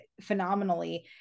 phenomenally